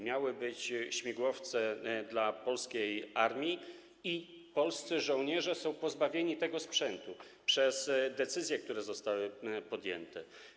Miały być śmigłowce dla polskiej armii i polscy żołnierze są pozbawieni tego sprzętu przez decyzje, które zostały podjęte.